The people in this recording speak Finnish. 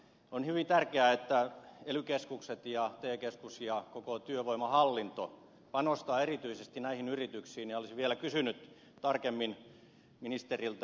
on hyvin tärkeää että ely keskukset ja te keskus ja koko työvoimahallinto panostavat erityisesti näihin yrityksiin ja olisin vielä kysynyt tarkemmin ministeriltä